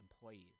employees